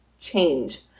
change